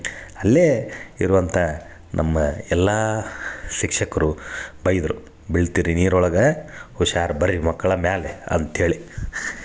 ಅಲ್ಲೆ ಇರುವಂಥ ನಮ್ಮ ಎಲ್ಲ ಶಿಕ್ಷಕರು ಬೈದರು ಬೀಳ್ತಿರಿ ನೀರೊಳಗ ಹುಷಾರು ಬರ್ರಿ ಮಕ್ಕಳ ಮ್ಯಾಲೆ ಅಂತೇಳಿ